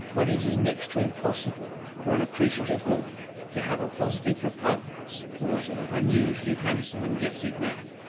but it is next to impossible for an appreciative woman to have a positive repugnance towards an unusually handsome and gifted man,